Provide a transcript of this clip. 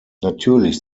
natürlich